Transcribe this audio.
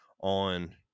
on